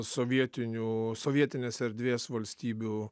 sovietinių sovietinės erdvės valstybių